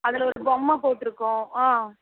அதில் ஒரு பொம்மை போட்டுருக்கும் ஆ